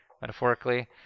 metaphorically